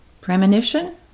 Premonition